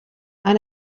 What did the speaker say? han